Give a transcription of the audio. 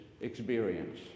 experience